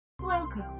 Welcome